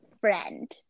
friend